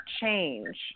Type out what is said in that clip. change